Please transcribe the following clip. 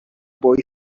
boy